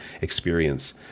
experience